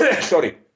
Sorry